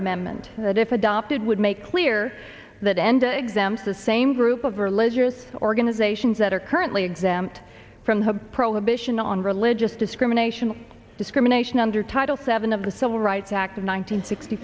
amendment that if adopted would make clear that enda exempt the same group of religious organizations that are currently exempt from the prohibition on religious discrimination discrimination under title seven of the civil rights act of